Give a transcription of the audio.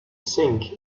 think